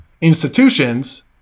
institutions